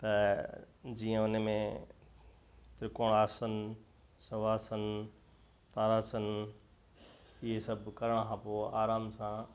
त जीअं उन में त्रिकोण आसन शवासन ताड़ासन इहे सभु करण खां पोइ आराम सां